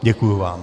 Děkuji vám.